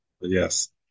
yes